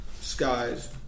Skies